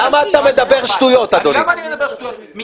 למה אתה מדבר שטויות, אדוני?